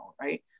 right